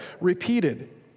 repeated